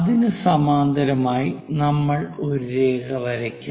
അതിനു സമാന്തരമായി നമ്മൾ ഒരു രേഖ വരയ്ക്കും